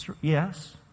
Yes